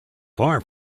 far